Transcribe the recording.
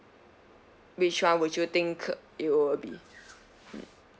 which one would you think it will be